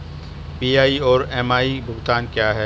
PI और MI भुगतान क्या हैं?